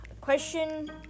question